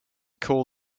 call